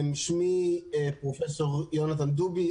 שמי פרופ' יונתן דובי,